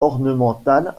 ornementale